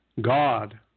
God